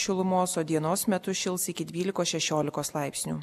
šilumos o dienos metu šils iki dvylikos šešiolikos laipsnių